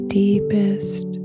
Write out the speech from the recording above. deepest